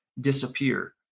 disappear